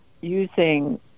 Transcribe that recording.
using